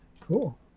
Cool